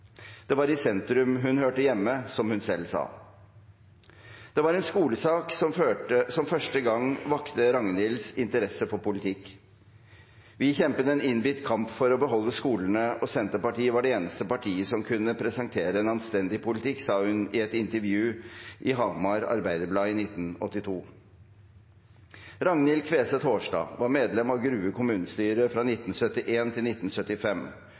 Det var i sentrum hun hørte hjemme, som hun selv sa. Det var en skolesak som første gang vakte Ragnhilds interesse for politikk. – Vi kjempet en innbitt kamp for å beholde skolene, og Senterpartiet var det eneste partiet som kunne presentere en anstendig politikk, sa hun i et intervju i Hamar Arbeiderblad i 1982. Ragnhild Queseth Haarstad var medlem av Grue kommunestyre fra 1971 til 1975